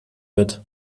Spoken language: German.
wird